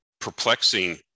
perplexing